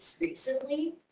recently